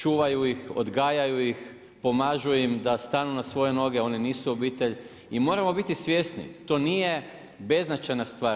Čuvaju ih, odgajaju ih, pomažu im da stanu na svoje noge, oni nisu obitelj i moramo biti svjesni, to nije beznačajna stvar.